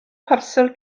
parsel